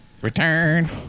Return